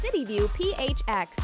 CityViewPHX